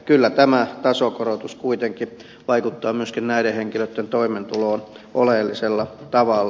kyllä tämä tasokorotus kuitenkin vaikuttaa myöskin näiden henkilöiden toimeentuloon oleellisella tavalla